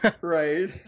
Right